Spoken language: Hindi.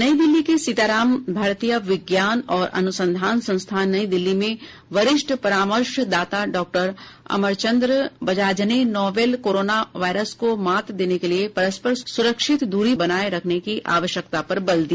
नई दिल्ली के सीताराम भरतिया विज्ञान और अनुसंधान संस्थान नई दिल्ली में वरिष्ठ परामर्शदाता डॉक्टर अमरचंद बजाजने नोवेल कोरोना वायरस को मात देने के लिए परस्पर सुरक्षित दूरी बनाए रखने की आवश्यकता पर बल दिया